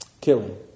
Killing